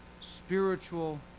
spiritual